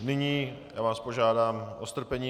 Nyní vás požádám o strpení.